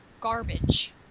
garbage